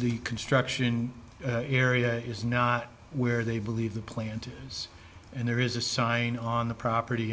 the construction area is not where they believe the plant is and there is a sign on the property